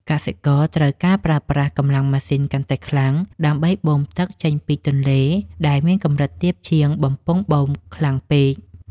កសិករត្រូវការប្រើប្រាស់កម្លាំងម៉ាស៊ីនកាន់តែខ្លាំង ដើម្បីបូមទឹកចេញពីទន្លេដែលមានកម្រិតទាបជាងបំពង់បូមខ្លាំងពេក។